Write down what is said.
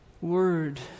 word